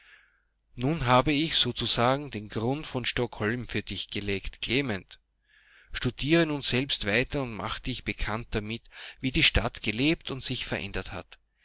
nun habe ich sozusagen den grund von stockholm für dich gelegt klement studiere nun selbst weiter und mache dich bekannt damit wie die stadt gelebt und sich verändert hat